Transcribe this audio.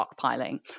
stockpiling